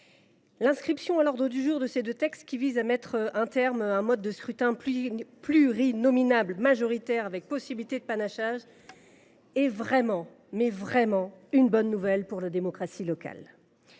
l’inscription à l’ordre du jour de ces deux textes, qui visent à mettre fin au mode de scrutin plurinominal majoritaire avec possibilité de panachage, est vraiment – vraiment !– une bonne nouvelle pour la démocratie locale.